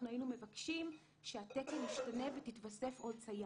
אנחנו היינו מבקשים שהתקן ישתנה ותתווסף עוד סייעת,